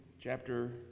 chapter